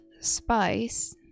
spice